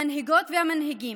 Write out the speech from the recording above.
המנהיגות והמנהיגים,